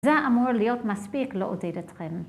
זה אמור להיות מספיק לעודדתכם.